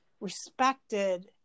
respected